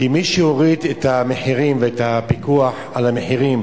כי מי שהוריד את המחירים ואת הפיקוח על המחירים